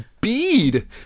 bead